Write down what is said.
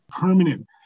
permanent